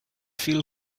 feel